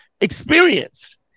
experience